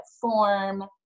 form